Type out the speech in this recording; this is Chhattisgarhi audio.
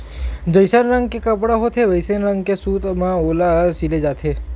जइसन रंग के कपड़ा होथे वइसने रंग के सूत म ओला सिले जाथे